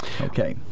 Okay